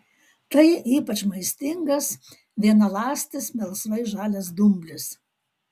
tai ypač maistingas vienaląstis melsvai žalias dumblis